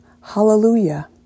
Hallelujah